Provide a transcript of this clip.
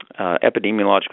epidemiological